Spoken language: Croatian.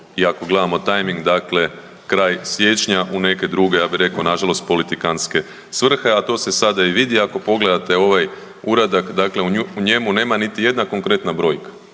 i ako gledamo tajming dakle kraj siječnja u neke druge, ja bi reko nažalost, politikanske svrhe, a to se sada i vidi. Ako pogledate ovaj uradak, dakle u njemu nema niti jedna konkretna brojka,